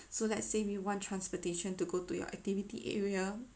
so let's say we want transportation to go to your activity area